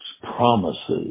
promises